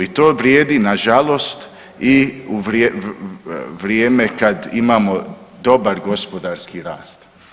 I to vrijedi nažalost i u vrijeme kad imamo dobar gospodarski rast.